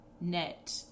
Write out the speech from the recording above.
Net